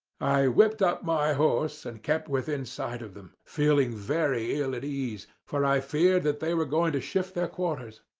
i whipped up my horse and kept within sight of them, feeling very ill at ease, for i feared that they were going to shift their quarters.